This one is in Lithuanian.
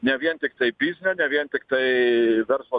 ne vien tiktai biznio ne vien tiktai verslo